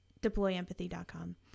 deployempathy.com